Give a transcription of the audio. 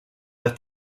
los